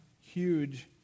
huge